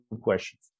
questions